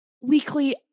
Weekly